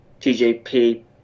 TJP